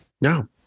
No